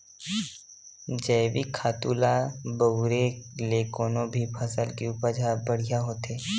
जइविक खातू ल बउरे ले कोनो भी फसल के उपज ह बड़िहा होथे